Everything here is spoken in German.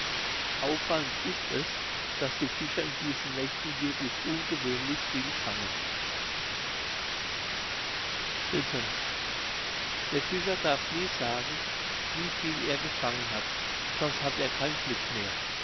auffallend ist es daß die fischer in diesen nächten wirklich ungewöhnlich viel fangen der fischer darf nie sagen wie viel er gefangen hat sonst hat er kein glück mehr